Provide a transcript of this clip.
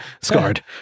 scarred